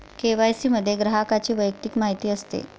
KYC मध्ये ग्राहकाची वैयक्तिक माहिती असते